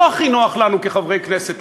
לא הכי נוח לנו כחברי כנסת,